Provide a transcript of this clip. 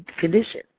condition